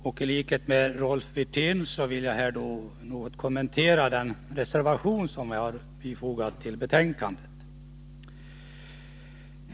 I likhet med Rolf Wirtén vill jag något kommentera den reservation som vi har fogat till betänkandet.